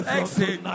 exit